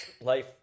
Life